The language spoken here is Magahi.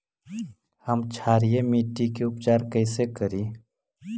हम क्षारीय मिट्टी के उपचार कैसे करी?